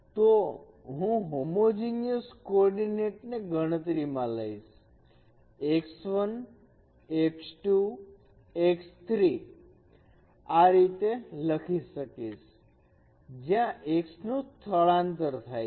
તો હું homogeneous coordinate ને ગણતરી માં લઇશ અને x 1 x 2 x 3 આ રીતે લખી શકિશ જ્યાં x નું સ્થળાંતર થાય છે